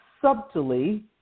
subtly